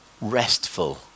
restful